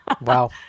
Wow